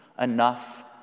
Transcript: enough